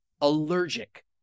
allergic